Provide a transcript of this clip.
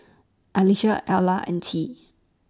Alivia Ayla and Tea